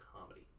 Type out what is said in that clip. comedy